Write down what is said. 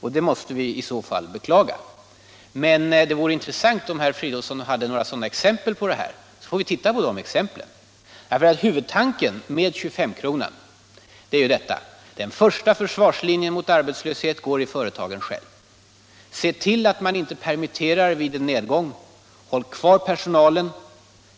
Det måste vi i så fall beklaga. Men det vore intressant om herr Fridolfsson hade några exempel på detta; då får vi titta på de exemplen. Huvudtanken med 25-kronan är ju följande: Den första försvarslinjen mot arbetslöshet går i företagen själva. Se till att man inte permitterar vid en nedgång! Håll kvar de anställda!